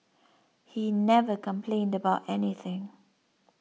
he never complained about anything